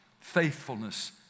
faithfulness